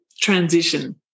transition